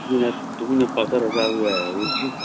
ꯇꯨꯃꯤꯟꯅ ꯄꯥꯛꯊꯔꯒ ꯆꯥꯕꯁꯨ ꯌꯥꯏ ꯍꯥꯏꯕ ꯑꯗꯨꯕꯨꯗꯤ